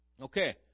Okay